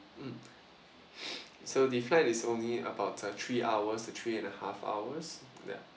mm so the flight is only about uh three hours to three and a half hours ya